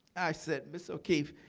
i said, ms. o'keeffe,